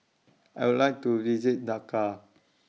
I Would like to visit Dhaka